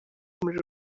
umuriro